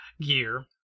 gear